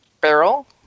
barrel